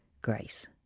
grace